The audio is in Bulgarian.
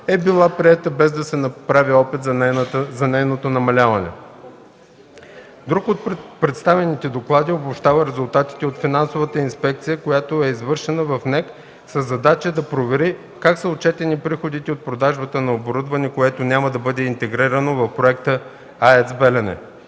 е била приета, без да се направи опит за нейното намаляване. Друг от представените доклади обобщава резултатите от финансова инспекция, която е извършена в НЕК със задача да провери как са отчетени приходите от продажбата на оборудването, което няма да бъде интегрирано в проекта АЕЦ “Белене”.